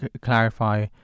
clarify